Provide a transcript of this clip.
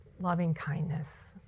loving-kindness